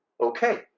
Okay